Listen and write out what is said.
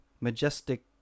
majestic